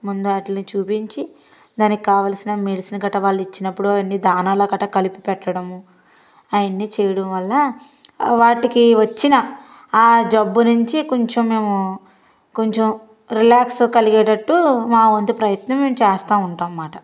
ముందు వాటిలని చూపించి దానికి కావాల్సిన మెడిసన్ గట్ట వాళ్ళు ఇచ్చినప్పుడు అన్ని దానాల కట కలిపి పెట్టడం అయ్యన్నీ చేయడం వల్ల వాటికి వచ్చిన ఆ జబ్బు నుంచి కొంచెం మేము కొంచెం రిలాక్స్ కలిగేటట్టు మా వంతు ప్రయత్నం మేము చేస్తా ఉంటాము అనమాట